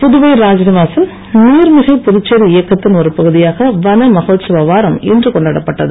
புதுவை ராஜ்நிவாசில் நீர்மிகை புதுச்சேரி இயக்கத்தின் ஒரு பகுதியாக வன மகோத்சவ வாரம் இன்று கொண்டாடப்பட்டது